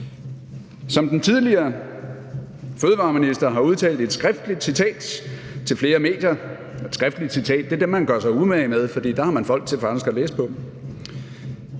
Som den tidligere fødevareminister har udtalt til et skriftligt citat til flere medier – og skriftlige citater gør man sig umage med, for der har man folk til faktisk at læse